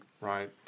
Right